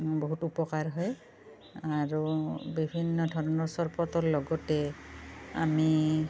বহুত উপকাৰ হয় আৰু বিভিন্ন ধৰণৰ চৰবতৰ লগতে আমি